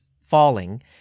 falling